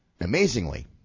amazingly